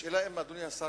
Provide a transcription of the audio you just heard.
השאלה היא, האם אדוני השר